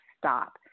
stop